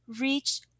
reach